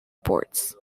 ports